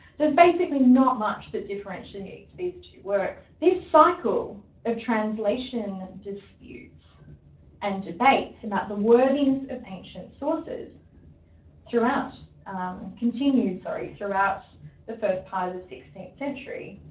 basically not much that differentiates these two works. this cycle of translation disputes and debates about the worthiness of ancient sources throughout continued, sorry, throughout the first part of the sixteenth century.